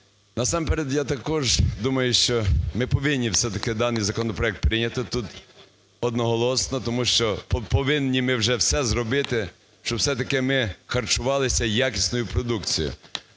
Насамперед я також думаю, що ми повинні все-таки даний законопроект прийняти тут одноголосно, тому що повинні ми вже все зробити, щоб все-таки ми харчувалися якісною продукцією.